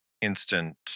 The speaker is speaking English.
instant